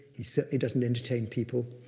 he certainly doesn't entertain people.